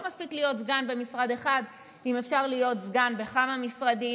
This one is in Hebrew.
לא מספיק להיות סגן במשרד אחד אם אפשר להיות סגן בכמה משרדים,